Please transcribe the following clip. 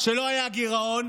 שלא היה גירעון,